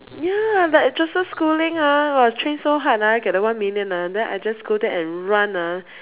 ya like Joseph-Schooling ah train so hard ah get the one million ah then I just go there and run ah